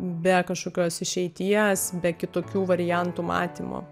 be kažkokios išeities be kitokių variantų matymo